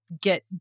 get